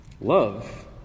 Love